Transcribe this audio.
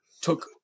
took